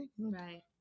Right